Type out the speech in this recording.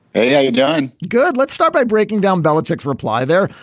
hey, yeah you done? good. let's start by breaking down belichick's reply there.